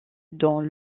dans